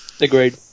Agreed